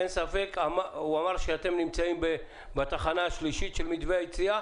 הוא אמר שאתם נמצאים בתחנה השלישית של מתווה היציאה.